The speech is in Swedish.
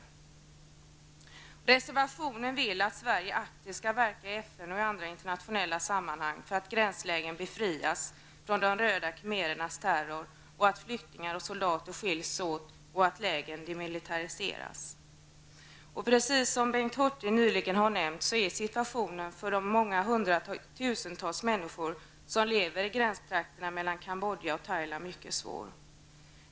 I reservationen anförs att Sverige aktivt skall verka i FN och i andra internationella sammanhang för att gränslägren befrias från de röda khmerernas terror, för att flyktingar och soldater skiljs åt och för att lägren demilitariseras. Precis som Bengt Hurtig nyss nämnde, är situationen för de hundratusentals människor som lever i gränstrakterna mellan Kambodja och Thailand mycket svår.